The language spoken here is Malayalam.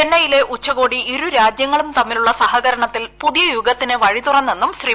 ചെന്നൈയിലെ ഉച്ച്കോട്ടി ഇരുരാജ്യങ്ങളും തമ്മിലുള്ള സഹകരണത്തിൽ പുതിയ ക്ടുഗ്ഗത്തിന് വഴിതുറന്നെന്നും ശ്രീ